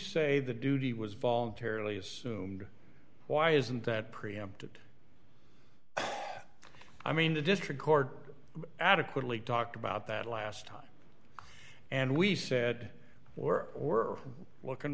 say the duty was voluntarily assumed why isn't that preempted i mean the district court adequately talked about that last time and we said we're we're looking